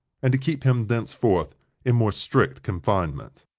and to keep him thenceforth in more strict confinement.